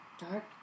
Dark